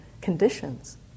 conditions